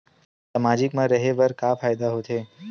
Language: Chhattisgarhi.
सामाजिक मा रहे बार का फ़ायदा होथे?